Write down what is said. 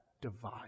divide